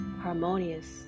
harmonious